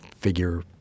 figure